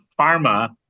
pharma